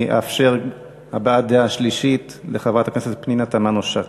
אני אאפשר הבעת דעה שלישית לחברת הכנסת פנינה תמנו-שטה.